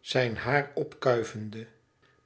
zijn haar opkuivende